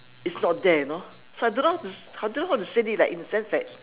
it's not there you know so I don't know how to I don't know how to say it like in a sense that